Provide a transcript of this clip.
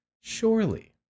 surely